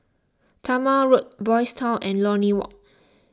Talma Road Boys' Town and Lornie Walk